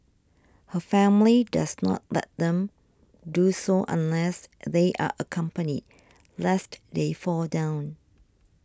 her family does not let them do so unless they are accompanied lest they fall down